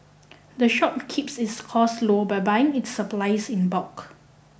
the shop keeps its costs low by buying its supplies in bulk